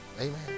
Amen